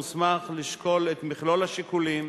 מוסמך לשקול את מכלול השיקולים,